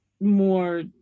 more